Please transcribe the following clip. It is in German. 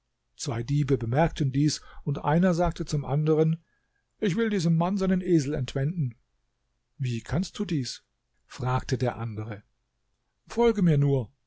zwei diebe bemerkten dies und einer sagte zum anderen ich will diesem mann seinen esel entwenden wie kannst du dies fragte der andere folge mir nur